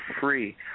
free